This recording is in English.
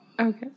Okay